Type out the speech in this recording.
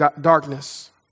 darkness